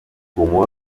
comú